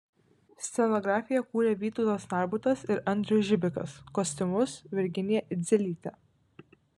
scenografiją kūrė vytautas narbutas ir andrius žibikas kostiumus virginija idzelytė